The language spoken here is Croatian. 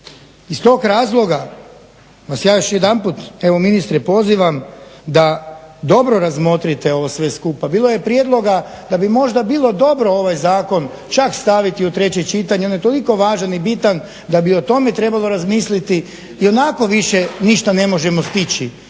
Iz tog razloga vas ja još jedanput ministre pozivam da dobro razmotrite ovo sve skupa. Bilo je prijedloga da bi možda bilo dobro ovaj zakon čak staviti u treće čitanje, on je toliko važan i bitan da bi o tome trebalo razmisliti. Ionako više ništa ne možemo stići,